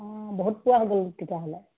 অঁ বহুত পোৱা হৈ গ'ল তেতিয়া হ'লে